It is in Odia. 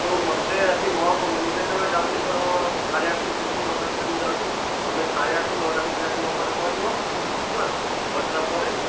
କିନ୍ତୁ ମୋତେ ଆସି ମୋ ମୁଁ ଯେତେବେଳେ ଯାଉଛି ଧର ସାଢ଼େ ଆଠ କି ନଅଟା ଭିତରେ ମୁଁ ଯାଉଛି ତୁମେ ସାଢ଼େ ଆଠରୁ ନଅଟା ଭିତରେ ଆସି ମୋ ଘରେ ପହଞ୍ଚିବ ହେଲା ପହଞ୍ଚିଲା ପରେ